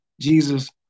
Jesus